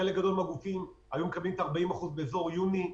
חלק מהגופים היו מקבלים את ה-40% באזור יוני,